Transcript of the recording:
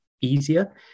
easier